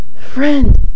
Friend